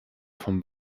vom